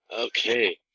Okay